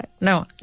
No